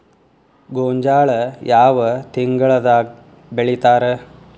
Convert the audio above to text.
ಗೋಂಜಾಳ ಯಾವ ತಿಂಗಳದಾಗ್ ಬೆಳಿತಾರ?